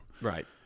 right